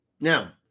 now